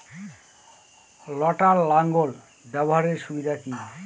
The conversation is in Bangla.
লটার লাঙ্গল ব্যবহারের সুবিধা কি?